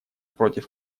против